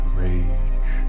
rage